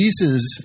Jesus